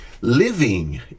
living